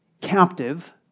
captive